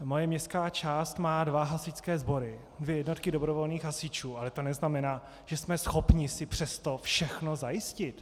Moje městská část má dva hasičské sbory, dvě jednotky dobrovolných hasičů, ale to neznamená, že jsme schopni si přesto všechno zajistit.